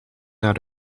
naar